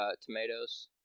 tomatoes